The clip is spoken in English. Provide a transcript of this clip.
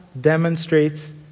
demonstrates